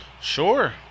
Sure